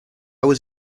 was